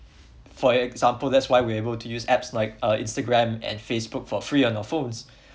for example that's why we are able to use apps like uh instagram and facebook for free on our phones